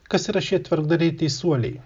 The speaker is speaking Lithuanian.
kas yra šie tvarkdariai teisuoliai